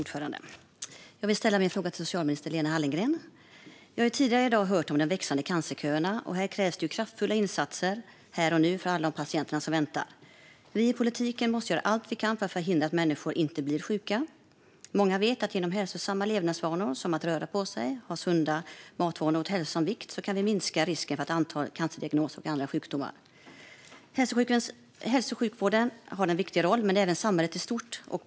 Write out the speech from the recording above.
Herr talman! Jag vill ställa min fråga till socialminister Lena Hallengren. Vi har tidigare i dag hört om de växande cancerköerna. Det krävs kraftfulla insatser här och nu för alla de patienter som väntar. Vi i politiken måste göra allt vi kan för att förhindra att människor blir sjuka. Många vet att genom hälsosamma levnadsvanor som att röra på sig och ha sunda matvanor och en hälsosam vikt kan vi minska risken för cancerdiagnoser och andra sjukdomar. Hälso och sjukvården har en viktig roll men även samhället i stort.